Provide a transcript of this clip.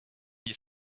you